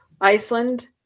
Iceland